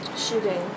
Shooting